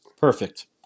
Perfect